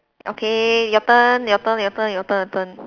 okay your turn your turn your turn your turn your turn